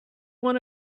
want